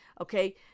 okay